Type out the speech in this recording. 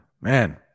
man